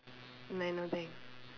uh no thanks